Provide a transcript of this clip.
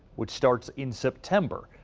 which starts in september.